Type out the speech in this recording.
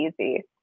easy